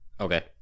Okay